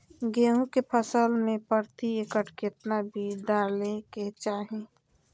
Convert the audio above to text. गेहूं के फसल में प्रति एकड़ कितना बीज डाले के चाहि?